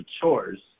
chores